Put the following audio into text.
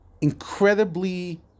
incredibly